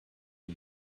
who